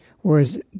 Whereas